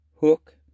Hook